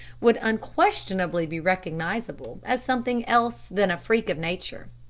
would unquestionably be recognizable as something else than a freak of nature.